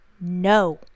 No